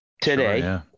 today